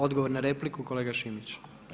Odgovor na repliku kolega Šimić.